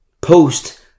Post